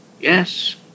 Yes